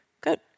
Good